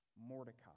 mordecai